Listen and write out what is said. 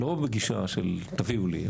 לא בגישה של תביאו לי,